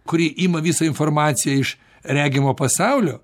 kuri ima visą informaciją iš regimo pasaulio